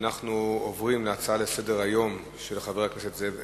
אנחנו עוברים להצעה לסדר-היום של חבר הכנסת זאב אלקין: